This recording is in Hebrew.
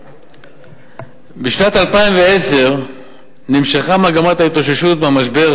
בשנת 2010 נמשכה מגמת ההתאוששות מהמשבר,